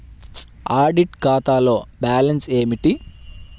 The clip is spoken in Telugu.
ఆడిట్ ఖాతాలో బ్యాలన్స్ ఏమిటీ?